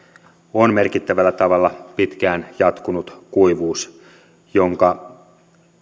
on merkittävällä tavalla pitkään jatkunut kuivuus jonka